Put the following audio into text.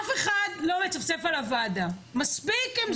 אף אחד לא מצפצף על הוועדה, מספיק עם זה.